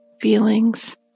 feelings